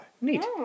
Neat